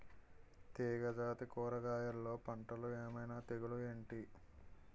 తీగ జాతి కూరగయల్లో పంటలు ఏమైన తెగులు ఏంటి?